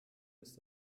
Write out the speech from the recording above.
ist